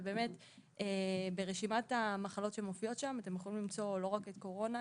ובאמת ברשימת המחלות שמופיעות שם אתם יכולים למצוא לא רק קורונה,